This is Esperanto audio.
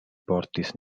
portas